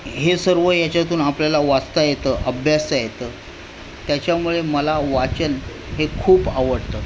हे सर्व याच्यातून आपल्याला वाचता येतं अभ्यासता येतं त्याच्यामुळे मला वाचन हे खूप आवडतं